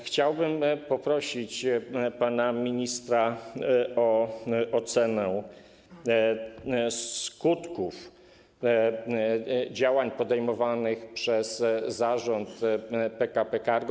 Chciałbym poprosić pana ministra o ocenę skutków działań podejmowanych przez Zarząd PKP Cargo.